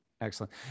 excellent